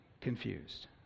confused